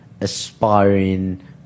aspiring